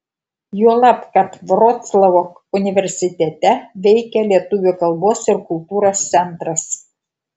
juolab kad vroclavo universitete veikia lietuvių kalbos ir kultūros centras